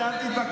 בית שאן,